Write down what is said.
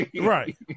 right